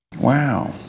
Wow